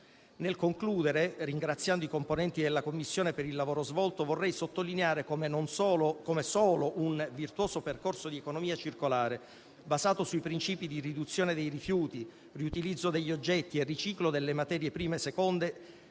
Nel concludere, ringraziando i componenti della Commissione per il lavoro svolto, vorrei sottolineare come solo un virtuoso percorso di economia circolare, basato sui principi di riduzione dei rifiuti, riutilizzo degli oggetti e riciclo delle materie prime e seconde,